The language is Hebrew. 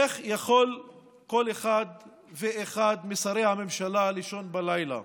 איך יכול כל אחד ואחד משרי הממשלה לישון בלילה